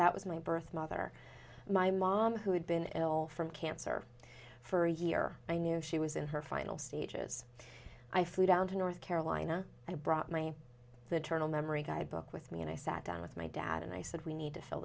that was my birth mother my mom who had been ill from cancer for a year i knew she was in her final stages i flew down to north carolina i brought my the journal memory guide book with me and i sat down with my dad and i said we need to fill